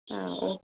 ஆ ஓ